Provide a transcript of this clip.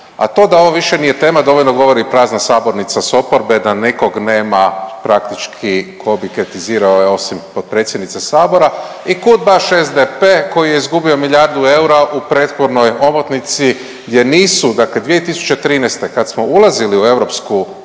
a to da ovo više nije tema dovoljno govori i prazna sabornica s oporbe, da nekog nema praktički tko bi kritizirao, osim potpredsjednice Sabora i kud baš SDP koji je izgubio milijardu eura u prethodnoj omotnici jer nisu, dakle 2013. kad smo ulazili u EU,